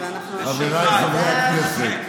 חבריי חברי הכנסת,